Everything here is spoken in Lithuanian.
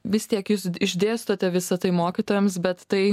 vis tiek jūs išdėstote visa tai mokytojams bet tai